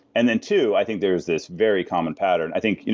and and two i think there's this very common pattern. i think,